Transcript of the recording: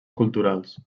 culturals